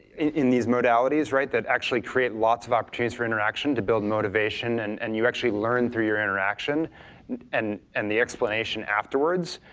in these modalities that actually create lots of opportunities for interaction to build motivation, and and you actually learn through your interaction and and the explanation afterwards,